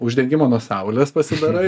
uždengimą nuo saulės pasidarai